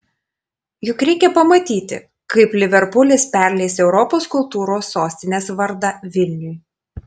juk reikia pamatyti kaip liverpulis perleis europos kultūros sostinės vardą vilniui